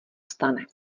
stane